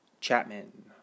Chapman